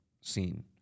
scene